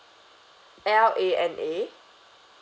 L A N A